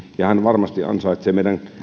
ja hän varmasti ansaitsee